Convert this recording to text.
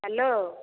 hello